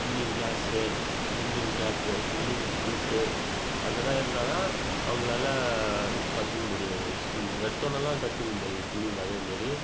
swimming class swimming cap swimming suit அதெல்லாம் இருந்தால் தான் உங்களால் கற்றுக்க முடியும் ஸ்விம்மிங் எடுத்தொன்னெல்லாம் கற்றுக்க முடியாது ஸ்விம்மிங் அதே மாரி